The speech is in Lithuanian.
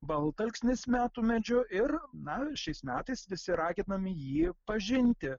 baltalksnis metų medžiu ir na šiais metais visi raginami jį pažinti